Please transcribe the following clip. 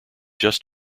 just